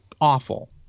awful